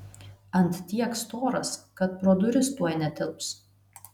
ant tiek storas kad pro duris tuoj netilps